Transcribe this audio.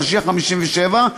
התשי"ח 1957,